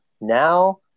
Now